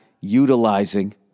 utilizing